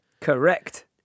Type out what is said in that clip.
Correct